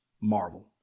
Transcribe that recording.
marvel